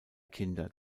kinder